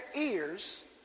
ears